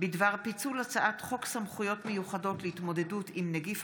הצעת חוק ההתייעלות הכלכלית (תיקוני